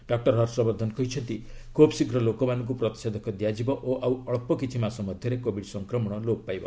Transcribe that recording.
doctor Harshvardhan କହିଛନ୍ତି ଖୁବ୍ ଶୀଘ୍ର ଲୋକମାନଙ୍କୁ ପ୍ରତିଷେଧକ ଦିଆଯିବ ଓ ଆଉ ଅଳ୍ପ କିଛି ମାସ ମଧ୍ୟରେ କୋବିଡ୍ ସଂକ୍ରମଣ ଲୋପ ପାଇବ